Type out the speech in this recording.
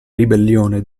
ribellione